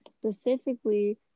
specifically